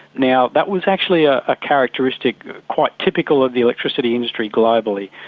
now that was actually a ah characteristic quite typical of the electricity industry globally,